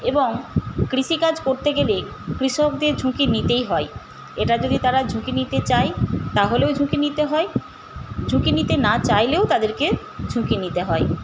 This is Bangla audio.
এবং কৃষিকাজ করতে গেলেই কৃষকদের ঝুঁকি নিতেই হয় এটা যদি তারা ঝুঁকি নিতে চায় তাহলেও ঝুঁকি নিতে হয় ঝুঁকি নিতে না চাইলেও তাদেরকে ঝুঁকি নিতে হয়